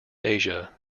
asia